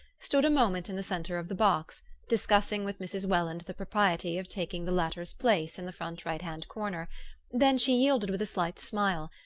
stood a moment in the centre of the box, discussing with mrs. welland the propriety of taking the latter's place in the front right-hand corner then she yielded with a slight smile,